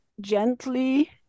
gently